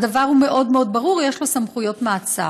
הדבר מאוד מאוד ברור: יש לו סמכויות מעצר.